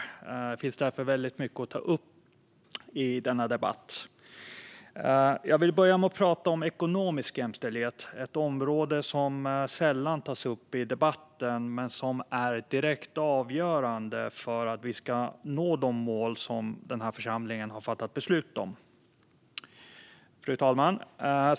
Det finns därför väldigt mycket att ta upp i denna debatt. Jag vill börja med att prata om ekonomisk jämställdhet, ett område som sällan tas upp i debatten men som är direkt avgörande för att vi ska nå de mål som den här församlingen har fattat beslut om. Fru talman!